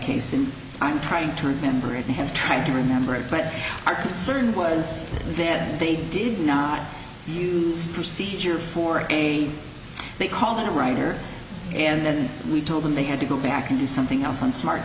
case and i'm trying to remember if they have tried to remember it but our concern was that they did not use procedure for any they called it right here and then we told them they had to go back and do something else on smart